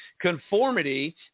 conformity